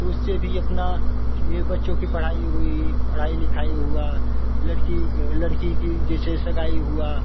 तो उससे भी अपना ये बच्चों के पढ़ाई हुई पढ़ाई लिखाई हुआ लड़की लड़की की जैसे सगाई हुआ